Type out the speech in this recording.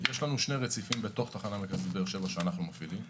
יש לנו שני רציפים בתוך תחנה מרכזית באר שבע שאנחנו מפעילים,